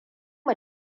mu